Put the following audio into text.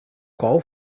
qual